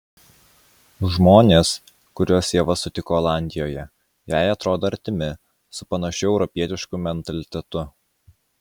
žmonės kuriuos ieva sutiko olandijoje jai atrodo artimi su panašiu europietišku mentalitetu